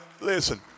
listen